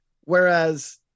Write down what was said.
whereas